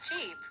cheap